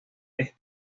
están